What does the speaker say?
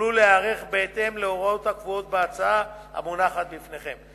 יוכלו להיערך בהתאם להוראות הקבועות בהצעה המונחת בפניכם.